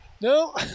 No